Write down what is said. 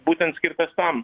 būtent skirtas tam